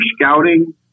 scouting